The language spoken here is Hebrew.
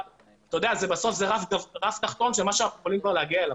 בסוף זה רף תחתון של מה שאנחנו יכולים להגיע אליו.